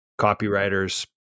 copywriters